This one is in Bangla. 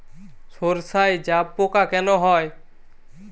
সর্ষায় জাবপোকা কেন হয়?